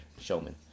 showman